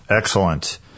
Excellent